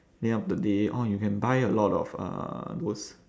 end of the day orh you can buy a lot of uh those